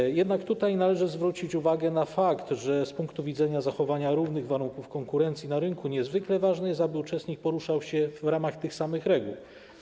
Należy jednak zwrócić uwagę na fakt, że z punktu widzenia zachowania równych warunków konkurencji na rynku niezwykle ważne jest, aby uczestnik poruszał się w ramach tych samych reguł.